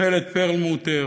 תכלת פרלמוטר,